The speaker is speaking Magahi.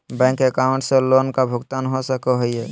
बैंक अकाउंट से लोन का भुगतान हो सको हई?